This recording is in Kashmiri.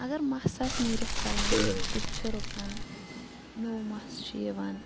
اگر مَس آسہِ نیٖرِتھ ژَلان سُہ تہِ چھُ رُکان نوٚو مس چھِ یِوان